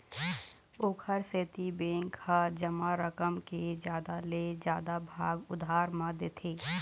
ओखर सेती बेंक ह जमा रकम के जादा ले जादा भाग उधार म देथे